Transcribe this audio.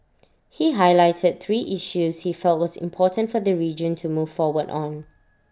he highlighted three issues he felt was important for the region to move forward on